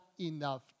enough